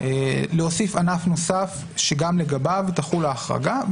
להוסיף ענף נוסף שגם לגביו תחול ההחרגה,